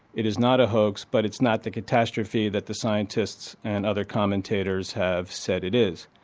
it is not a hoax, but it is not the catastrophe that the scientists and other commentators have said it is.